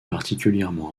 particulièrement